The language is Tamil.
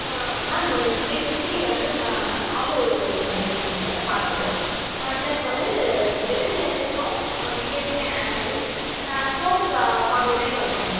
மேம் உங்களுக்கு த்ரீ ஃபிஃப்ட்டி வந்து ஆலு பன்னீர் உங்களுக்கு பாலக்கு ப்ளஸ் வந்து டெலிவரி சார்ஜஸ்ஸும் ஜிஎஸ்டியும் ஆட் பண்ணி ஃபோர் பா ஃபார்ட்டி நயன் வரும் மேம்